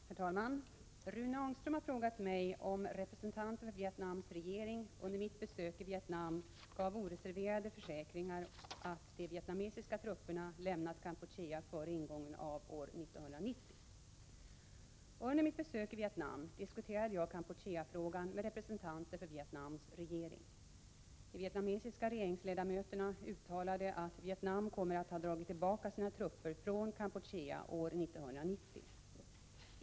Herr talman! Rune Ångström har frågat mig om representanter för Vietnams regering under mitt besök i Vietnam gav oreserverade försäkringar att de vietnamesiska trupperna lämnat Kampuchea före ingången av år 1990. Under mitt besök i Vietnam diskuterade jag Kampucheafrågan med representanter för Vietnams regering. De vietnamesiska regeringsledamö terna uttalade att Vietnam kommer att ha dragit tillbaka sina trupper från Kampuchea år 1990.